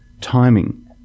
Timing